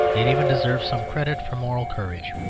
it even deserves some credit for moral courage.